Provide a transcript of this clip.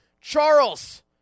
Charles